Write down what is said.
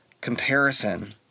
comparison